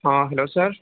ہاں ہلو سر